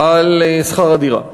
על שכר הדירה.